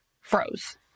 froze